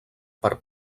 per